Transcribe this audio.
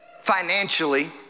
financially